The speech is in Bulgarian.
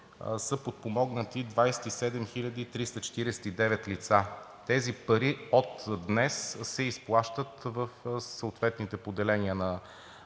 са подпомогнати 27 349 лица. Тези пари от днес се изплащат в съответните поделения на